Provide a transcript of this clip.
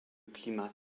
climat